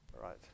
right